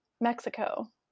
Mexico